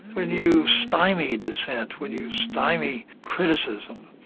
when you stymie dissent, when you stymie criticism,